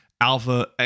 Alpha